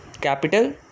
capital